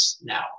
now